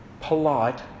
polite